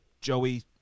Joey